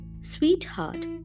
sweetheart